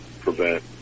prevent